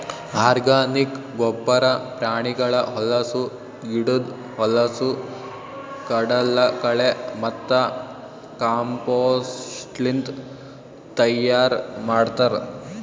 organic ಗೊಬ್ಬರ ಪ್ರಾಣಿಗಳ ಹೊಲಸು, ಗಿಡುದ್ ಹೊಲಸು, ಕಡಲಕಳೆ ಮತ್ತ ಕಾಂಪೋಸ್ಟ್ಲಿಂತ್ ತೈಯಾರ್ ಮಾಡ್ತರ್